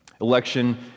Election